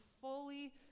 fully